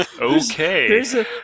okay